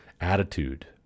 attitude